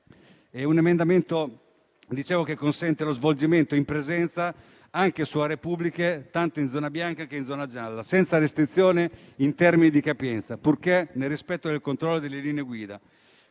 un emendamento che consentirebbe lo svolgimento in presenza, anche su aree pubbliche, tanto in zona bianca quanto in zona gialla, senza restrizioni in termini di capienza, purché nel rispetto dei controlli e delle linee guida.